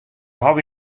hawwe